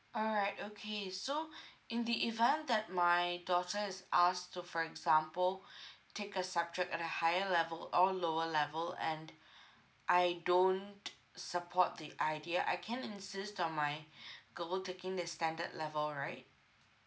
all right okay so in the event that my daughter is asked to for example take a subject at a higher level or lower level and I don't support the idea I can insist on my girl taking the standard level right